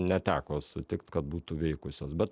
neteko sutikt kad būtų veikusios bet